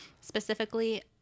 specifically